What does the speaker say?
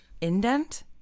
indent